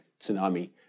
tsunami